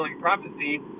prophecy